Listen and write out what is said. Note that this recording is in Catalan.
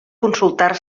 consultar